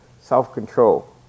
self-control